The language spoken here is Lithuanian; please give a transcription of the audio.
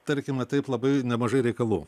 tarkime taip labai nemažai reikalų